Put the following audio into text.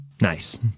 Nice